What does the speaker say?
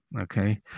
okay